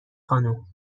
خانم